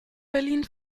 berlin